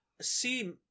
see